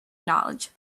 knowledge